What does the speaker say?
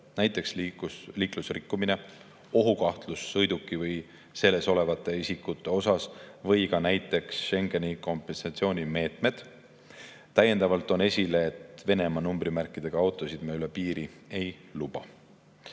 näiteks liiklusrikkumine, ohukahtlus sõiduki või selles olevate isikute suhtes või ka näiteks Schengeni kompensatsioonimeetmed. Täiendavalt toon esile, et Venemaa numbrimärkidega autosid üle piiri ei